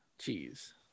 cheese